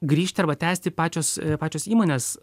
grįžti arba tęsti pačios pačios įmonės